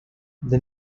the